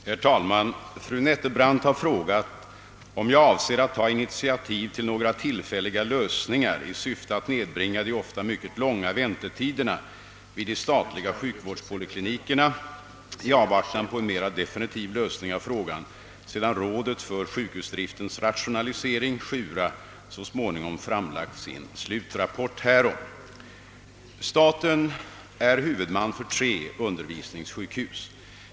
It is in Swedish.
Herr talman! Fru Nettelbrandt har frågat om jag avser att ta initiativ till några tillfälliga lösningar i syfte att nedbringa de ofta mycket långa väntetiderna vid de statliga sjukvårdspoliklinikerna i avvaktan på en mer definitiv lösning av frågan, sedan rådet för sjukhusdriftens rationalisering — SJURA — så småningom framlagt sin slutrapport härom. Staten är huvudman för tre undervisningssjukhus.